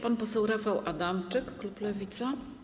Pan poseł Rafał Adamczyk, klub Lewica.